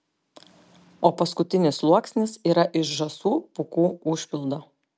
o paskutinis sluoksnis yra iš žąsų pūkų užpildo